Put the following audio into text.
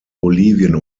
bolivien